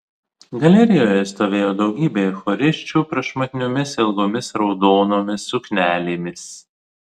galerijoje stovėjo daugybė chorisčių prašmatniomis ilgomis raudonomis suknelėmis